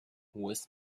hohes